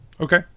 okay